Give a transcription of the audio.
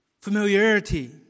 familiarity